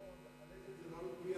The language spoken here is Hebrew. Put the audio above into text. לא על-פי